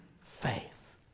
faith